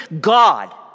God